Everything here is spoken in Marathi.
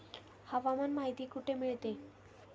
हवामान माहिती कुठे मिळते?